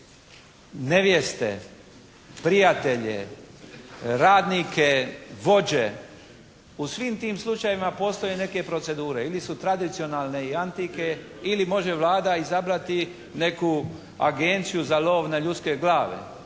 nevjeste, prijatelje, radnike, vođe? U svim tim slučajevima postoje neke procedure. Ili su tradicionalne i antike ili može Vlada izabrati neku agenciju za lov na ljudske glave.